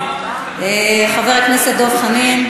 חבר הכנסת דב חנין.